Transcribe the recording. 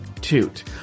toot